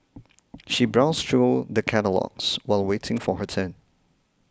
she browsed through the catalogues while waiting for her turn